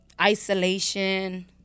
Isolation